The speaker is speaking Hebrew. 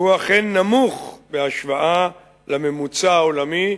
הוא אכן נמוך בהשוואה לממוצע העולמי,